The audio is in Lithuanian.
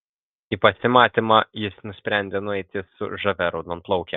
į pasimatymą jis nusprendė nueiti su žavia raudonplauke